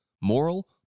Moral